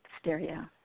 stereo